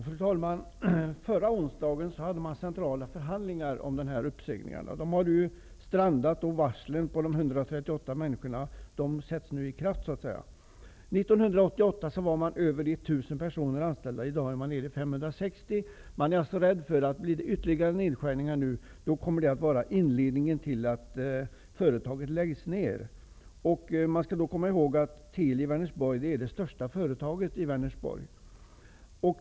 Fru talman! Förra onsdagen fördes centrala förhandlingar om uppsägningar. De strandade, och varslen gällande 138 människor sätts nu i kraft. År 1988 var där över 1 000 personer anställda, i dag bara 160. Man är alltså rädd för att det, om det blir ytterligare nedskärningar, kommer att vara inledningen till att företaget läggs ner. Man skall komma ihåg att Teli är det största företaget i Vänersborg.